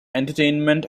entertainment